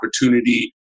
opportunity